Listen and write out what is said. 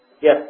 Yes